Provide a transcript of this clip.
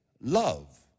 love